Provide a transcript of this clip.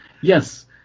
Yes